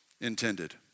intended